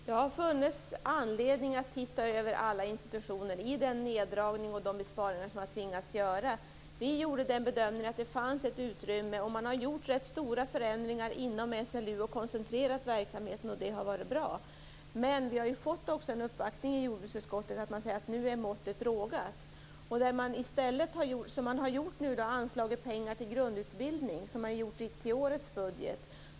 Herr talman! Det har funnits anledning att titta över alla institutioner i den neddragning och de besparingar som vi har tvingats göra. Vi gjorde den bedömningen att det fanns ett utrymme. Man har gjort ganska stora förändringar inom SLU och koncentrerat verksamheten. Det har varit bra. Men vi har ju också fått en uppvaktning i jordbruksutskottet där man sade att nu är måttet rågat. I stället har man nu anslagit pengar till grundutbildning i årets budget.